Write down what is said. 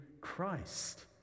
Christ